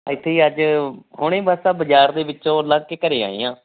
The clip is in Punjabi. ਇੱਥੇ ਹੀ ਅੱਜ ਹੁਣ ਬਸ ਆ ਬਾਜ਼ਾਰ ਦੇ ਵਿੱਚੋਂ ਲੰਘ ਕੇ ਘਰ ਆਏ ਹਾਂ